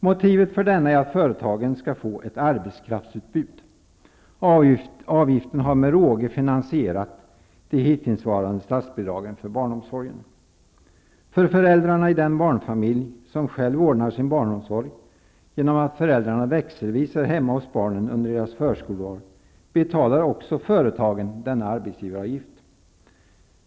Motivet för denna är att företagen skall få ett arbetskraftsutbud. Avgiften har med råge finansierat det hittillsvarande statsbidraget för barnomsorgen. För föräldrarna i den barnfamilj som själv ordnar sin barnomsorg genom att föräldrarna växelvis är hemma hos barnen under deras förskoleår betalar också företagen denna arbetsgivareavgift.